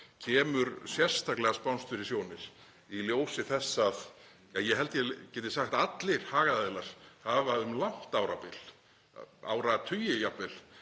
kemur sérstaklega spánskt fyrir sjónir, í ljósi þess að ég held að ég geti sagt að allir hagaðilar hafa um langt árabil, áratugi jafnvel,